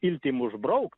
iltim užbraukt